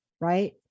right